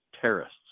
terrorists